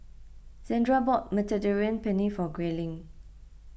Zandra bought Mediterranean Penne for Grayling